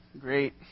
Great